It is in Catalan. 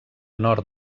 nord